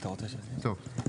טוב.